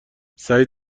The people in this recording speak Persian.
سعید